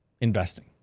investing